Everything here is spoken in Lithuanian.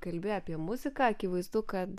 kalbi apie muziką akivaizdu kad